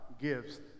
gives